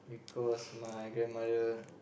cause my grandmother